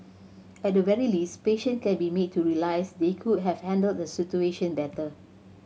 at the very least patient can be made to realise they could have handled the situation better